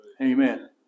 Amen